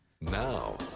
Now